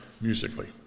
musically